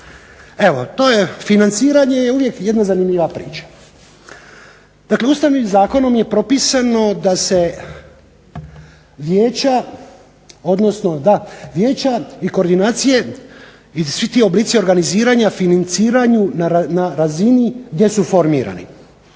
Evo to je, financiranje je uvijek jedna zanimljiva priča. Dakle, Ustavnim zakonom je propisano da se vijeća, odnosno da, vijeća i koordinacije i svi ti oblici organiziranja financiraju na razini gdje su formirani.